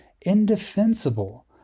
indefensible